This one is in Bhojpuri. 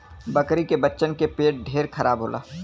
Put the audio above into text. बकरी के बच्चन के पेट ढेर खराब होला